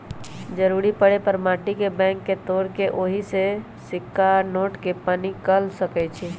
जरूरी परे पर माटी के बैंक के तोड़ कऽ ओहि में से सिक्का आ नोट के पनिकाल सकै छी